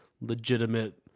legitimate